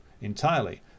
entirely